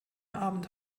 abend